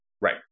Right